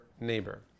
neighbor